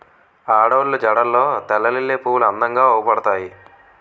ఆడోళ్ళు జడల్లో తెల్లలిల్లి పువ్వులు అందంగా అవుపడతాయి